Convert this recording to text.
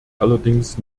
allerdings